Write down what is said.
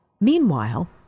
Meanwhile